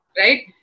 right